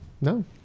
No